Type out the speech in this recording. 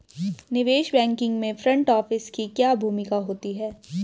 निवेश बैंकिंग में front office की क्या भूमिका होती है?